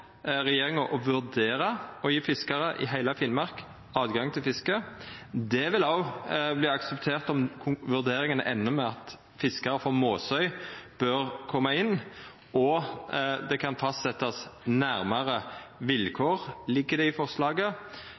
regjeringa om å vurdera å gje fiskarane i heile Finnmark tilgang til fisket. Det vil også verta akseptert om vurderinga endar med at fiskarane frå Måsøy bør koma inn, og at det kan fastsetjast nærmare vilkår – det ligg i forslaget.